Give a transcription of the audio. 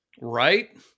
Right